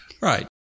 Right